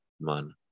man